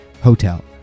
Hotel